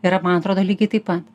yra man atrodo lygiai taip pat